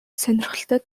сонирхолтой